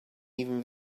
even